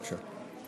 בבקשה.